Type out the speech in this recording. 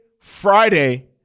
Friday